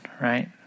right